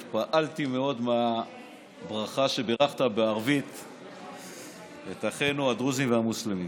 התפעלתי מאוד מהברכה שבירכת בערבית את אחינו הדרוזים והמוסלמים.